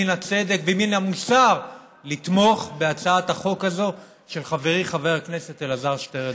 מן הצדק ומן המוסר לתמוך בהצעת החוק הזאת של חברי חבר הכנסת אלעזר שטרן.